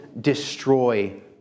destroy